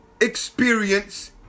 experience